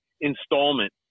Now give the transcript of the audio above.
installment